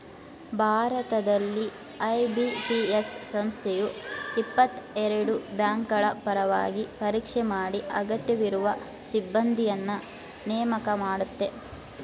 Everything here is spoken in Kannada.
ಭಾರತದಲ್ಲಿ ಐ.ಬಿ.ಪಿ.ಎಸ್ ಸಂಸ್ಥೆಯು ಇಪ್ಪತ್ತಎರಡು ಬ್ಯಾಂಕ್ಗಳಪರವಾಗಿ ಪರೀಕ್ಷೆ ಮಾಡಿ ಅಗತ್ಯವಿರುವ ಸಿಬ್ಬಂದಿನ್ನ ನೇಮಕ ಮಾಡುತ್ತೆ